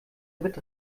mit